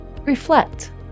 Reflect